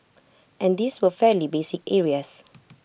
and these were fairly basic areas